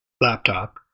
laptop